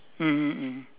mmhmm mmhmm